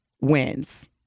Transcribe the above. wins